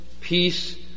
peace